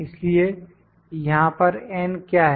इसलिए यहां पर n क्या है